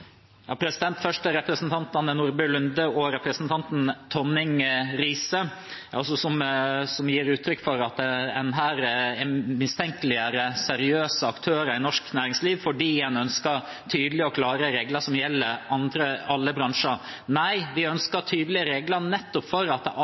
Først til representanten Nordby Lunde og representanten Tonning Riise, som gir uttrykk for at en her mistenkeliggjør seriøse aktører i norsk næringsliv fordi en ønsker tydelige og klare regler som gjelder alle bransjer. Nei, vi